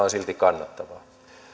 on silti kannattavaa